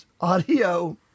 audio